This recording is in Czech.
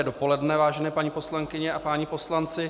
Dobré dopoledne, vážené paní poslankyně a páni poslanci.